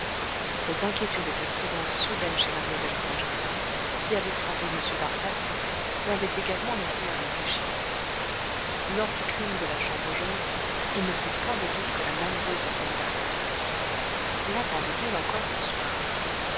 cette inquiétude et cette prudence soudaines chez mlle stangerson qui avaient frappé m darzac m'avaient également laissé à réfléchir lors du crime de la chambre jaune il ne fait point de doute que la malheureuse attendait l'assassin lattendait elle encore ce soir